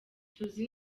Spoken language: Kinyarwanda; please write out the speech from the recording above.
tuzi